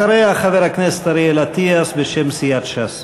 אחריה, חבר הכנסת אריאל אטיאס, בשם סיעת ש"ס.